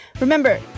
Remember